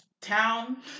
town